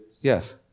Yes